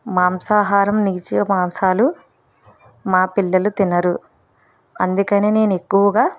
మాంసాహారం నీచు మాంసాలు మా పిల్లలు తినరు అందుకనే నేను ఎక్కువగా